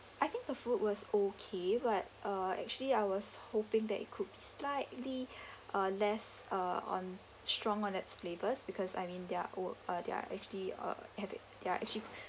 I think the food was okay but uh actually I was hoping that it could be slightly uh less uh on strong on that flavours because I mean they're old uh they're actually uh have it they're actually